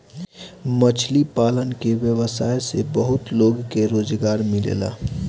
मछली पालन के व्यवसाय से बहुत लोग के रोजगार मिलेला